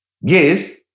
Yes